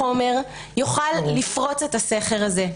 יוכל לפרוץ את הסכר הזה,